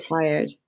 tired